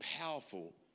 powerful